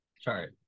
sorry